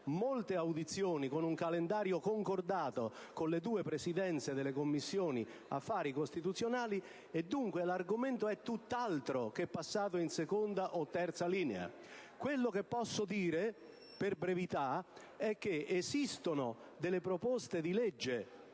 molte audizioni, seguendo un calendario concordato con le Presidenze delle due Commissioni affari costituzionali. Dunque, l'argomento è tutt'altro che passato in seconda o terza linea. Quello che posso dire, per brevità, è che esistono delle proposte di legge